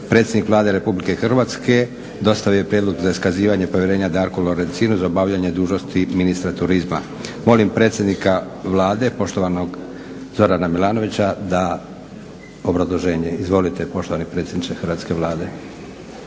Predsjednik Vlade Republike Hrvatske dostavio je prijedlog za iskazivanje povjerenja Darku Lorencinu za obavljanje dužnosti ministra turizma. Molim predsjednika Vlade, poštovanog Zorana Milanovića da da obrazloženje. Izvolite poštovani predsjedniče Hrvatske Vlade.